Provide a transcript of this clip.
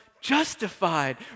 justified